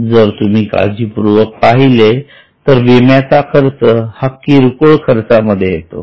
जर तुम्ही काळजीपूर्वक पाहिले तर विम्याचा खर्च हा किरकोळ खर्चामध्ये येतो